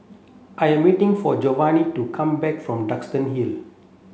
I am waiting for Jovanni to come back from Duxton Hill